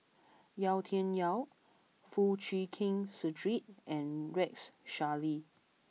Yau Tian Yau Foo Chee Keng Cedric and Rex Shelley